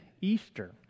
Easter